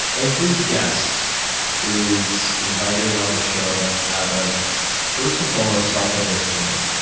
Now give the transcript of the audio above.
every guest is invited on the show out of so first and foremost, self-interest for me,